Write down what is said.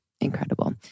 Incredible